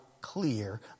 clear